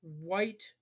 white